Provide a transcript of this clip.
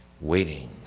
waiting